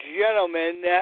gentlemen